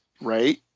right